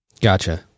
gotcha